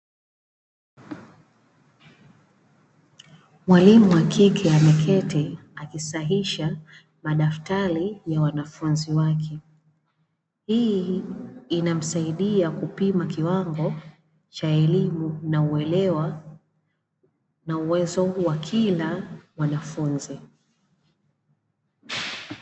Mwalimu wa kike ameketi akisahisha madaftari ya wanafunzi wake, hii inamsaidia kupima kiwango cha elimu na uelewa na uwezo wa kila mwanafunzi.